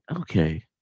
okay